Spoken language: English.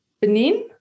Benin